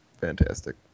fantastic